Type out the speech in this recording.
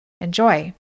Enjoy